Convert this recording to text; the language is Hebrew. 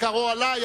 עיקרו עלי,